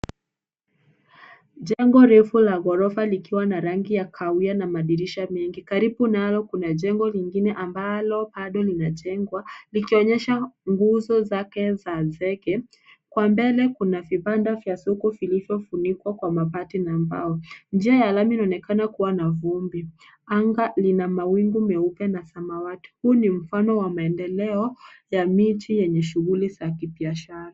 Jengo refu la ghorofa likiwa na rangi ya kahawia na madirisha mengi. Karibu nalo kuna jengo lingine ambalo bado lina jengwa likionyesha nguzo zake za zege. Kwa mbele kuna vibanda vya soko vilivyo funikwa kwa mabati na mbao. Njia ya lami inaonekana kuwa na vumbi. Anga lina mawingu meupe na samawati. Huu ni mfano wa maendeleo ya miji yenye shughuli za kibiashara.